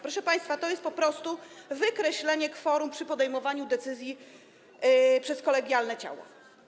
Proszę państwa, to jest po prostu wykreślenie kworum przy podejmowaniu decyzji przez kolegialne ciało.